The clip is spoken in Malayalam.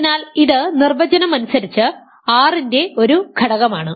അതിനാൽ ഇത് നിർവചനം അനുസരിച്ച് R ന്റെ ഒരു ഘടകമാണ്